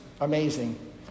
amazing